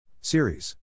Series